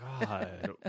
God